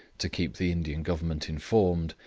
to keep the indian government informed,